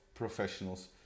professionals